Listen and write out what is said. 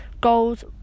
goals